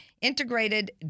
integrated